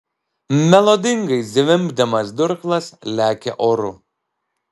melodingai zvimbdamas durklas lekia oru